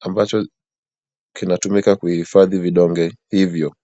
ambacho kinatumika kuhifadhi vidonge hivyo.